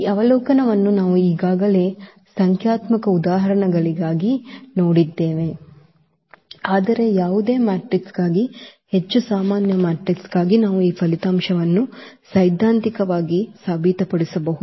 ಈ ಅವಲೋಕನವನ್ನು ನಾವು ಈಗಾಗಲೇ ಸಂಖ್ಯಾತ್ಮಕ ಉದಾಹರಣೆಗಳಿಗಾಗಿ ನೋಡಿದ್ದೇವೆ ಆದರೆ ಯಾವುದೇ ಮ್ಯಾಟ್ರಿಕ್ಸ್ಗಾಗಿ ಹೆಚ್ಚು ಸಾಮಾನ್ಯ ಮ್ಯಾಟ್ರಿಕ್ಸ್ಗಾಗಿ ನಾವು ಈ ಫಲಿತಾಂಶವನ್ನು ಸೈದ್ಧಾಂತಿಕವಾಗಿ ಸಾಬೀತುಪಡಿಸಬಹುದು